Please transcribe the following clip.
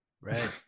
Right